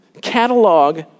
Catalog